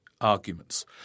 arguments